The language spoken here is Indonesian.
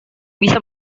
bisa